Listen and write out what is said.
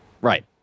Right